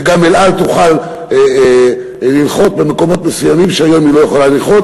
שגם "אל על" תוכל לנחות במקומות מסוימים שהיום היא לא יכולה לנחות